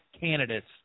candidates